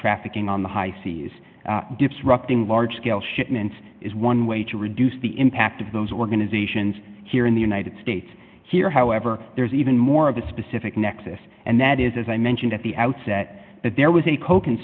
trafficking on the high seas disrupting large scale shipments is one way to reduce the impact of those organizations here in the united states here however there's even more of a specific nexus and that is as i mentioned at the outset that there was a co